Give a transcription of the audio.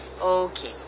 Okay